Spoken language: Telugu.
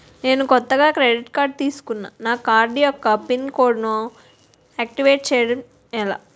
నేను కొత్తగా క్రెడిట్ కార్డ్ తిస్కున్నా నా కార్డ్ యెక్క పిన్ కోడ్ ను ఆక్టివేట్ చేసుకోవటం ఎలా?